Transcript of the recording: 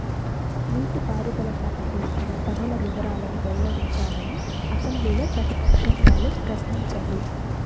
నీటి పారుదల శాఖ చేస్తున్న పనుల వివరాలను వెల్లడించాలని అసెంబ్లీలో ప్రతిపక్షం వాళ్ళు ప్రశ్నించారు